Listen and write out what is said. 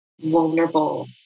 vulnerable